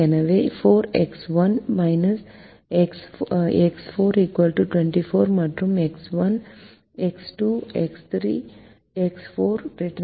எனவே 4 x 1 x 4 24 மற்றும் x 1 x 2 x 3 x 4 ≥ 0